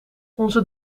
onze